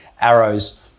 arrows